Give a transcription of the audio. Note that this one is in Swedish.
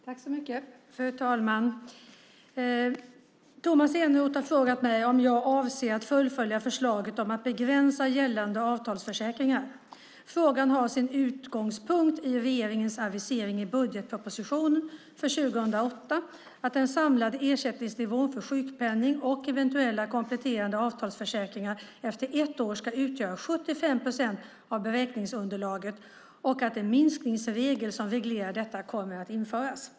Fru talman! Tomas Eneroth har frågat mig om jag avser att fullfölja förslaget om att begränsa gällande avtalsförsäkringar. Frågan har sin utgångspunkt i regeringens avisering i budgetpropositionen för 2008 att den samlade ersättningsnivån för sjukpenning och eventuella kompletterande avtalsförsäkringar efter ett år ska utgöra 75 procent av beräkningsunderlaget och att en minskningsregel som reglerar detta kommer att införas.